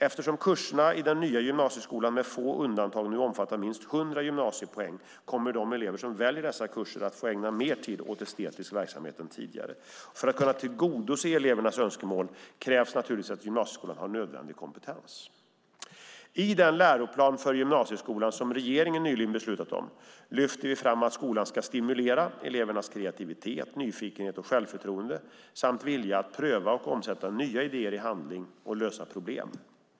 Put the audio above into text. Eftersom kurserna i den nya gymnasieskolan, med få undantag, nu omfattar minst 100 gymnasiepoäng, kommer de elever som väljer dessa kurser att få ägna mer tid åt estetisk verksamhet än tidigare. För att kunna tillgodose elevernas önskemål krävs naturligtvis att gymnasieskolan har nödvändig kompetens. I den läroplan för gymnasieskolan som regeringen nyligen beslutat om lyfter vi fram att skolan ska stimulera elevernas kreativitet, nyfikenhet och självförtroende samt vilja att pröva och omsätta nya idéer i handling och lösa problem.